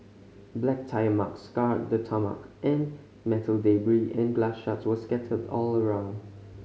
black tyre marks scarred the tarmac and metal and glass shards were scattered all around